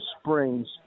Springs